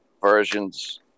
versions